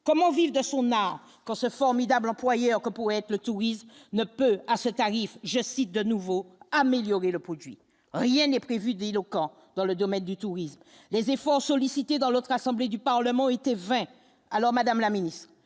comment vivre de son art. Quand ce formidable aucun poète le tourisme ne peut, à ce tarif, je cite de nouveau améliorer le produit, rien n'est prévu d'éloquents dans le domaine du tourisme les efforts sollicités dans l'autre assemblée du Parlement été 20 alors Madame la Ministre